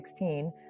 2016